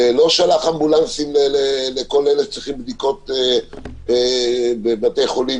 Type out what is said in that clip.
לא שלח אמבולנסים לכל אלה שצריכים בדיקות דחופות בבתי חולים,